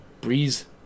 Breeze